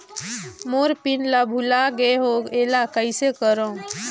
मोर pin ला भुला गे हो एला कइसे करो?